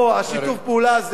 שיתוף הפעולה הזה,